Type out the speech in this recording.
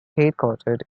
headquartered